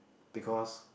because